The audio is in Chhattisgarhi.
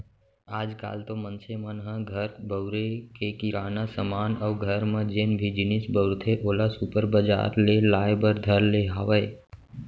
आज काल तो मनसे मन ह घर बउरे के किराना समान अउ घर म जेन भी जिनिस बउरथे ओला सुपर बजार ले लाय बर धर ले हावय